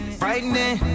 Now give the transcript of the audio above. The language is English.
frightening